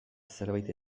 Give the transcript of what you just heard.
zerbait